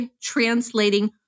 translating